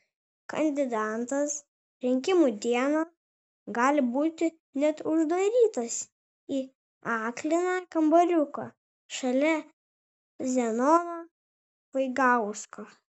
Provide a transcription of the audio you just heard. kandidatas rinkimų dieną gali būti net uždarytas į akliną kambariuką šalia zenono vaigausko